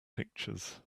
pictures